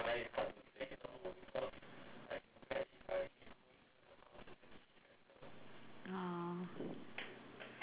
mm